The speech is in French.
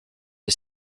est